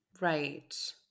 Right